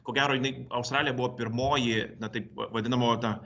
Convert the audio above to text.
ko gero jinai australija buvo pirmoji na taip va vadinamo ta